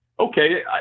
okay